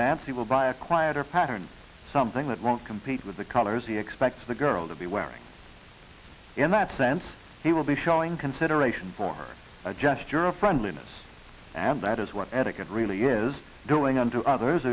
dance he will buy a quieter pattern something that won't compete with the colors he expects the girl to be wearing in that sense he will be showing consideration for a gesture of friendliness and that is what etiquette really is doing unto others